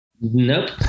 nope